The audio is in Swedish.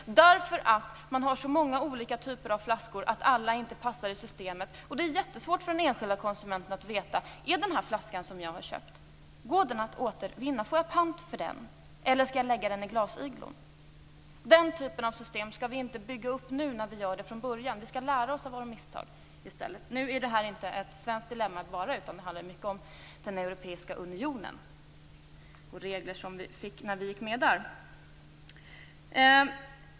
Orsaken är att man har så många olika typer av flaskor att alla inte passar i systemet. Det är då jättesvårt för den enskilda konsumenten att veta om man får någon pant för den flaska man köpt, om den går att återvinna eller om man skall lägga den i glasigloon. Den typen av system skall vi inte bygga upp nu, när vi gör det från början. Vi skall i stället lära oss av våra misstag. Nu är det här inte bara ett svenskt dilemma, utan det handlar också om den europeiska unionen och regler som vi fick när vi gick med där.